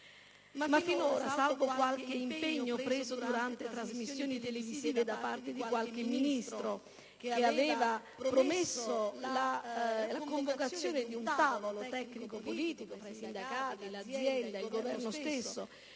ma, finora, salvo qualche impegno preso nel corso di trasmissioni televisive da parte di qualche Ministro, che aveva promesso la convocazione di un tavolo tecnico-politico che coinvolgesse i sindacati, l'azienda e lo stesso